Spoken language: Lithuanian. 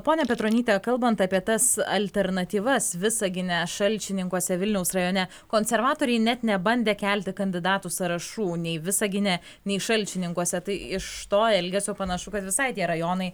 ponia petronyte kalbant apie tas alternatyvas visagine šalčininkuose vilniaus rajone konservatoriai net nebandė kelti kandidatų sąrašų nei visagine nei šalčininkuose tai iš to elgesio panašu kad visai tie rajonai